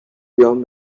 beyond